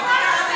מה?